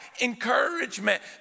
encouragement